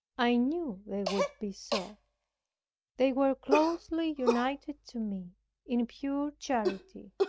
i knew they would be so they were closely united to me in pure charity.